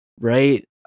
right